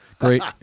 great